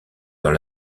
dans